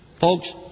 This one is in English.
Folks